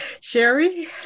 Sherry